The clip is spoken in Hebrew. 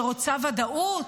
שרוצה ודאות,